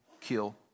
kill